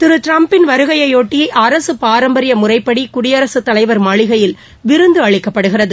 திரு ட்டிரம்பின் வருகையையொட்டி அரசு பாரம்பரிய முறைப்படி குடியரசுத் தலைவர் மாளிகையில் விருந்து அளிக்கப்படுகிறது